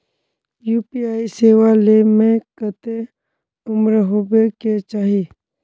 UPI सेवा ले में कते उम्र होबे के चाहिए?